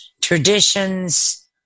traditions